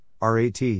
RAT